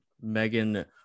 Megan